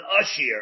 usher